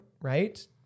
right